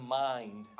mind